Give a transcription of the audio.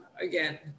again